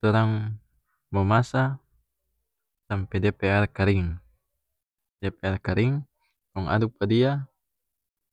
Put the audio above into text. Torang momasa sampe dia pe aer karing dia pe aer karing kong aduk pa dia